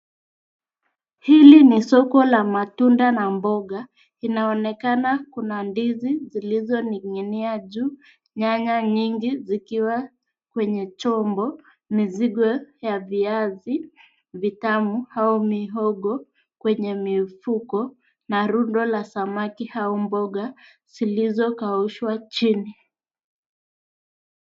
Hili ni soko la matunda na mboga. Inaonekana kuna ndizi zilizoning'inia juu ,nyaya nyingi zikiwa kwenye chombo, mizigo ya viazi vitamu au mihogo kwenye mifuko na rundo la samaki au mboga zilizokaushwa chini.